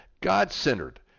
God-centered